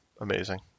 amazing